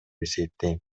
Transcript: эсептейм